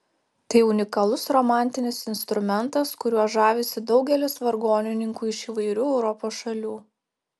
tai unikalus romantinis instrumentas kuriuo žavisi daugelis vargonininkų iš įvairių europos šalių